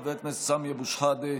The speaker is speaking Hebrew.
חבר הכנסת סמי אבו שחאדה,